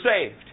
saved